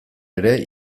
ere